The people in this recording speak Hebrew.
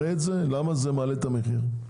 למה שזה יעלה את המחיר?